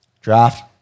Draft